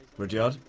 rudyard,